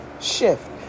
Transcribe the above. shift